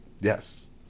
yes